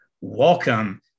welcome